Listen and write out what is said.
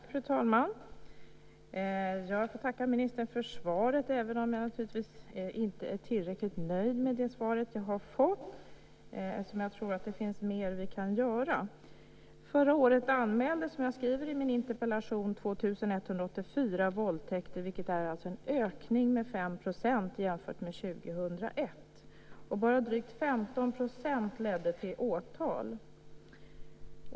Fru talman! Jag tackar ministern för svaret även om jag naturligtvis inte är tillräckligt nöjd med det svar som jag har fått eftersom jag tror att det finns mer som vi kan göra. Förra året anmäldes, som jag skriver i min interpellation, 2 184 våldtäkter, vilket är en ökning med 5 % jämfört med 2001. Bara drygt 15 % ledde till åtal.